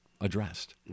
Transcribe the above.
addressed